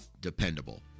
dependable